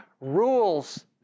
rules